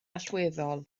allweddol